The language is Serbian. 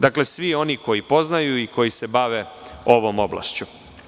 Dakle, svi oni koji poznaju i koji se bave ovom oblašću.